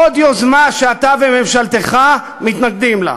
עוד יוזמה שאתה וממשלתך מתנגדים לה.